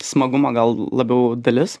smagumo gal labiau dalis